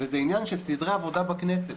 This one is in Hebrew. וזה עניין של סדרי עבודה בכנסת.